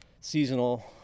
seasonal